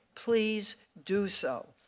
please do so.